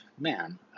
man